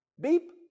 Beep